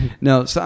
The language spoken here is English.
No